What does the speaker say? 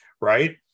right